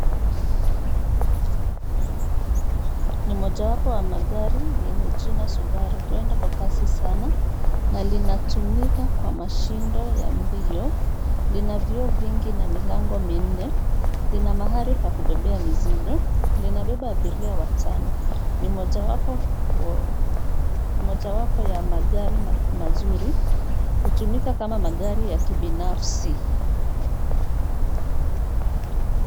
Ni mojawapo wa magari yenye jina Subaru. Huenda kasi sana na linatumika kwa mashindo ya mbio. Lina vioo vingi na milango minne. Lina mahali pa kubebea mizigo. Linabeba abiria watano. Ni mojawapo ya magari mazuri. Hutumika kama magari ya kibinafsi.